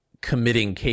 committing